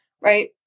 right